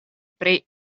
pri